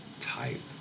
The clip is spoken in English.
type